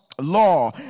law